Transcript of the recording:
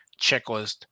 checklist